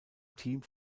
team